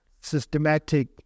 systematic